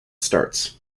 starts